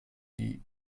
die